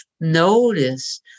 Notice